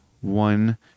one